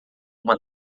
uma